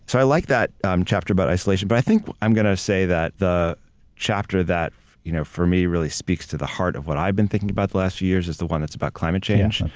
so i like that chapter about isolation. but i think i'm going to say that the chapter that you know for me really speaks to the heart of what i've been thinking about the last few years is the one that's about climate change.